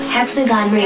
Hexagon